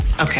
Okay